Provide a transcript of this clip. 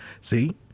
see